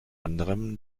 anderem